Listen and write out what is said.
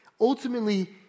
ultimately